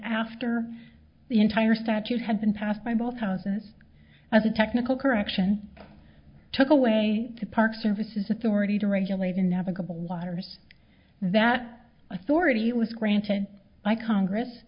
after the entire statute had been passed by both houses as a technical correction took away the park services authority to regulate in navigable waters that authority was granted by congress